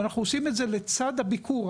ואנחנו עושים את זה לצד הביקור.